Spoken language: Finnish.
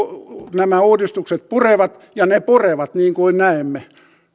nämä uudistukset purevat ja ne purevat niin kuin näemme